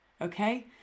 okay